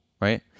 right